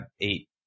eight